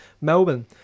Melbourne